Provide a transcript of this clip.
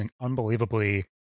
unbelievably